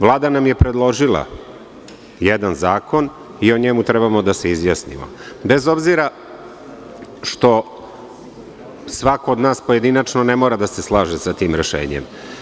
Vlada nam je predložila jedan zakon i o njemu treba da se izjasnimo, bez obzira što svako od nas pojedinačno ne mora da se slaže sa tim rešenjem.